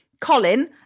Colin